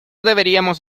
deberíamos